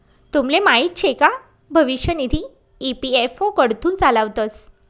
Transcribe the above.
तुमले माहीत शे का भविष्य निधी ई.पी.एफ.ओ कडथून चालावतंस